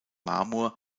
marmor